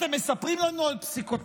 אתם מספרים לנו על פסיקותיו,